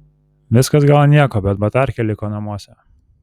viskas gal ir nieko bet batarkė liko namuose